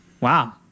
Wow